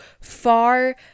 far